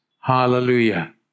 Hallelujah